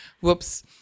whoops